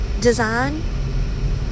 design